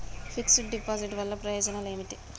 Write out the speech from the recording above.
Fix డ్ deposit వల్ల ప్రయోజనాలు ఏమిటి?